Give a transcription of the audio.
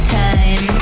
time